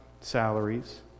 salaries